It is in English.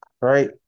right